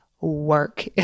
work